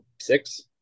Six